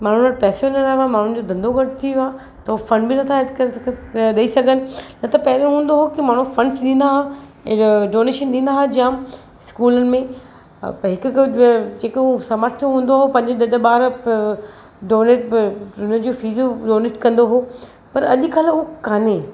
माण्हुनि वटि पैसो न रहियो आहे माण्हुनि जो धंधो घटि थी वियो आहे त हो फ़ंड बि नथा अॼुकल्ह ॾेइ सघनि न त पहिरों हूंदो हो की माण्हू फ़ंड्स ॾींदा हुआ फिर डोनेशन ॾींदा हुआ जाम स्कूलुनि में हिकु हिकु जेको समर्थ हूंदो उहो पंज ॾह ॾह ॿार डोनेट हुननि जूं फीसूं डोनेट कंदो हुओ पर अॼुकल्ह उहो कान्हे